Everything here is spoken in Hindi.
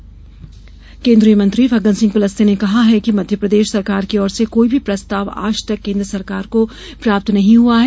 फग्गन सिंह कुलस्ते केन्द्रीय मंत्री फग्गन सिंह कुलस्ते ने कहा है कि मध्यप्रदेश सरकार की ओर से कोई भी प्रस्ताव आज तक केन्द्र सरकार को प्राप्त नहीं हुआ है